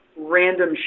random